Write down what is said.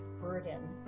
burden